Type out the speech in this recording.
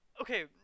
okay